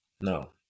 No